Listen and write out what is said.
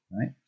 right